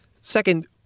Second